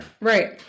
Right